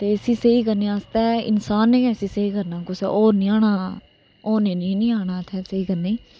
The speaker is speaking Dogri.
ते इसी स्होई करने आस्तै इसान नै गै इसी स्हेई करना कुसै और ने नेईं आना इत्थै स्हेई करने गी